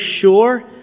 sure